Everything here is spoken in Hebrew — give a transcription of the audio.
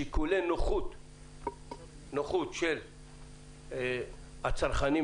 שיקולי נוחות של הצרכנים,